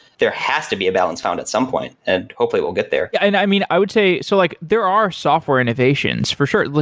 there has to be a balance found at some point and hopefully we'll get there yeah. and i mean, i would say, so like there are software innovations for sure.